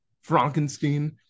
Frankenstein